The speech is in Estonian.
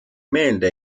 meelde